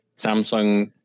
Samsung